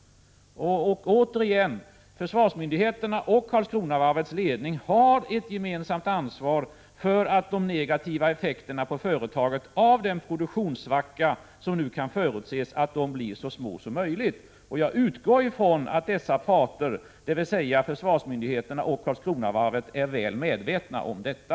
Återigen: Försvarsmyndigheterna och Karlskronavarvets ledning har ett gemensamt ansvar för att de negativa effekterna på företaget av den produktionssvacka som nu kan förutses blir så små som möjligt. Jag utgår från att parterna är väl medvetna om detta.